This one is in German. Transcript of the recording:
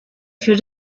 für